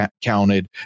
counted